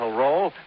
role